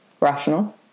rational